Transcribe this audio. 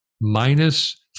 minus